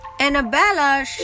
Annabella